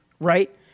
right